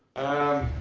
i